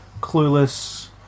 clueless